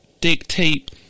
dictate